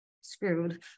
screwed